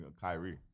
Kyrie